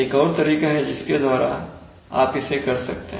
एक और तरीका है जिसके द्वारा आप इसे कर सकते हैं